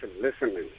listening